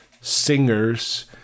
singers